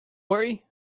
worry